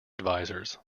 advisers